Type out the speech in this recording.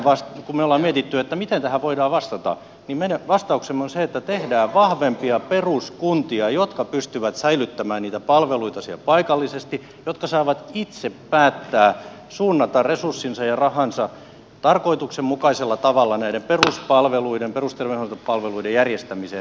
kun me olemme miettineet miten tähän voidaan vastata niin meidän vastauksemme on se että tehdään vahvempia peruskuntia jotka pystyvät säilyttämään niitä palveluita siellä paikallisesti jotka saavat itse päättää suunnata resurssinsa ja rahansa tarkoituksenmukaisella tavalla näiden peruspalveluiden perusterveydenhoitopalveluiden järjestämiseen